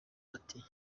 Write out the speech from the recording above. ati